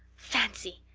fancy.